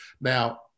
Now